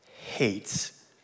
hates